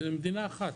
מדינה אחת,